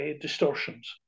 distortions